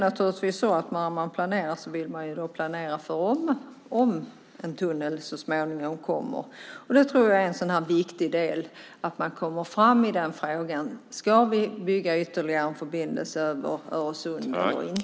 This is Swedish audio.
När man planerar vill man naturligtvis planera för en eventuell tunnel. Att komma fram i den frågan är, tror jag, en viktig del. Ska vi alltså bygga ytterligare en förbindelse över Öresund eller inte?